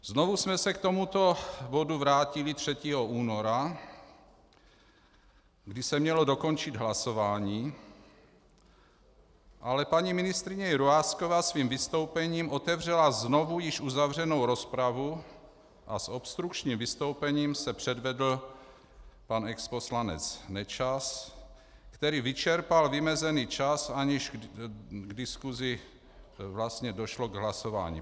Znovu jsme se k tomuto bodu vrátili 3. února, kdy se mělo dokončit hlasování, ale paní ministryně Jurásková svým vystoupením otevřela znovu již uzavřenou rozpravu a s obstrukčním vystoupením se předvedl pan exposlanec Nečas, který vyčerpal vymezený čas, aniž v diskusi vlastně došlo k hlasování.